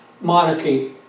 monarchy